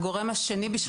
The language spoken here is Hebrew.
היום: